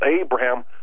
Abraham